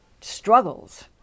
struggles